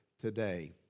today